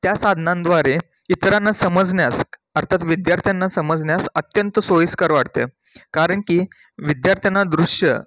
त्या साधनांद्वारे इतरांना समजण्यास अर्थात विद्यार्थ्यांना समजण्यास अत्यंत सोयीस्कर वाटते कारण की विद्यार्थ्यांना दृश्य